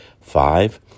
five